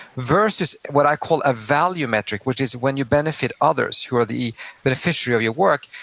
versus what i call a value metric which is when you benefit others who are the beneficiary or your work,